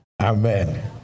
Amen